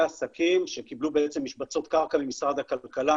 עסקים שקיבלו בעצם משבצות קרקע ממשרד הכלכלה,